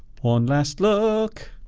on last look